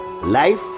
Life